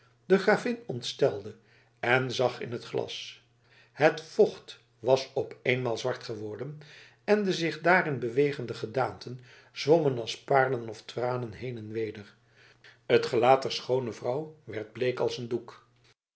de gravin ontstelde en zag in het glas het vocht was op eenmaal zwart geworden en de zich daarin bewegende gedaanten zwommen als paarlen of tranen heen en weder het gelaat der schoone vrouw werd bleek als een doek